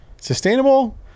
Sustainable